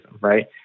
right